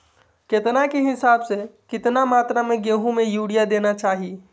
केतना के हिसाब से, कितना मात्रा में गेहूं में यूरिया देना चाही?